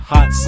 Hot